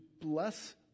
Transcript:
bless